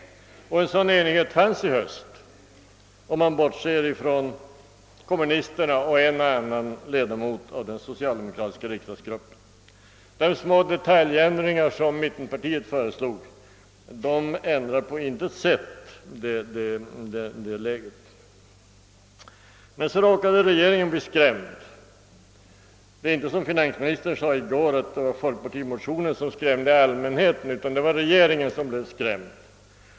En sådan enighet fanns i höstas, om man bortser från kommunisterna och en och annan ledamot av den socialdemokratiska gruppen. De små detaljändringar som mittenpartierna föreslog ändrar på intet sätt det läget. Sedan råkade emellertid regeringen bli skrämd. Det är inte som finansministern sade i går så, att det var folkpartimotionerna som skrämde allmänheten, utan det var regeringen som blev skrämd.